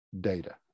data